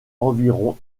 environ